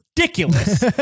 ridiculous